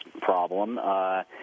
problem